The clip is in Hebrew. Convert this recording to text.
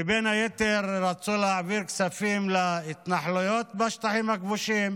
שבין היתר רצו להעביר כספים להתנחלויות בשטחים הכבושים.